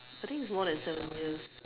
I think it's more than seven years